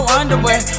underwear